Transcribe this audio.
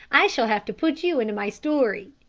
i shall have to put you into my story.